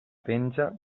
penja